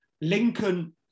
Lincoln